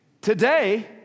Today